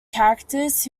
characters